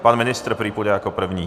Pan ministr prý půjde jako první.